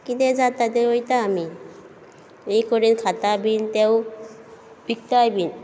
कितें जाता तें रोयता आमी एक वटेन खाता बी पिकताय बी